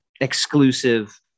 exclusive